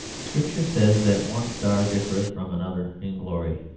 scripture says that one star differeth from another in glory,